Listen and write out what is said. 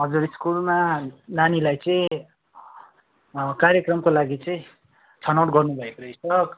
हजुर स्कुलमा नानीलाई चाहिँ कार्यक्रमको लागि चाहिँ छनौट गर्नुभएको रहेछ